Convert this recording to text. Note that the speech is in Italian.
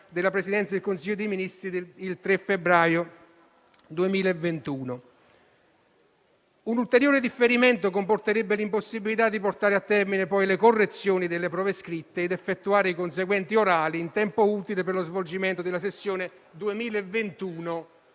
della Presidenza del Consiglio dei ministri il 3 febbraio 2021. Un ulteriore differimento comporterebbe l'impossibilità di portare a termine poi le correzioni delle prove scritte ed effettuare i conseguenti orali in tempo utile per lo svolgimento della sessione 2021,